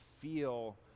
feel